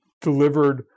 delivered